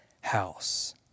house